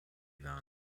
gar